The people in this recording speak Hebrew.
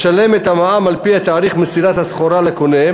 לשלם את המע"מ על-פי תאריך מסירת הסחורה לקונה,